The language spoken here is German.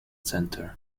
center